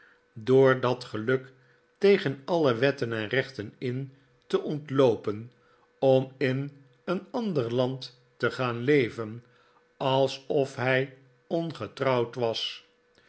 door dat geluk tegen alle wetten en rechten in te ontloopen om in een ander land te gaan leven alsof hij ongetrouwd was